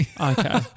Okay